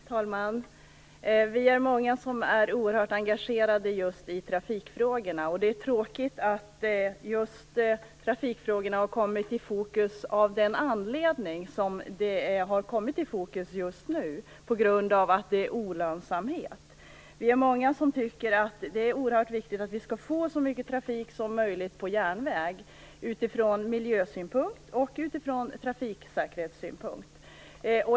Fru talman! Vi är många som är oerhört engagerade i trafikfrågorna. Det är tråkigt att trafikfrågorna har kommit i fokus av just den anledning som de har, nämligen på grund av olönsamhet. Vi är många som tycker att det är viktigt att få så mycket trafik som möjligt på järnväg. Det är viktigt ur miljösynpunkt och ur trafiksäkerhetssynpunkt.